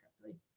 correctly